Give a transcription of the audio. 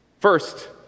First